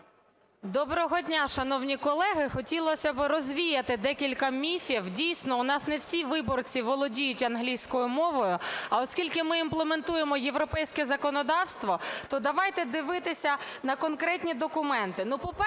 Доброго дня, шановні колеги! Хотілося би розвіяти декілька міфів. Дійсно, у нас не всі виборці володіють англійською мовою. А оскільки ми імплементуємо європейське законодавство, то давайте дивитися на конкретні документи.